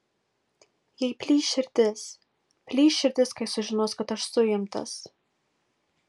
jai plyš širdis plyš širdis kai sužinos kad aš suimtas